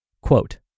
Quote